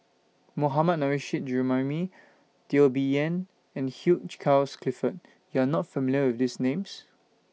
Mohammad Nurrasyid Juraimi Teo Bee Yen and Hugh Charles Clifford YOU Are not familiar with These Names